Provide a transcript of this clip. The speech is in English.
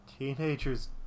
Teenagers